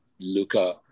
Luca